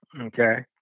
Okay